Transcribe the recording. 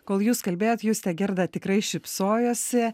kol jūs kalbėjot juste gerda tikrai šypsojosi